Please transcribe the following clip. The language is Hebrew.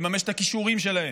לממש את הכישורים שלהם,